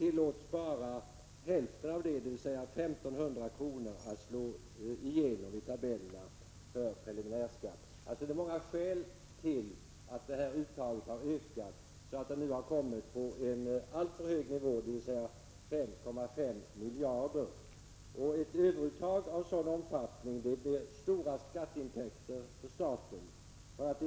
tillåts bara hälften, dvs. 1 500 kr., slå igenom i tabellerna för preliminärskatt. Det finns alltså många orsaker till att uttaget har ökat så att det nu har kommit på en alltför hög nivå, nämligen 5,5 miljarder. Ett överuttag av sådan omfattning betyder stora ränteintäkter för staten.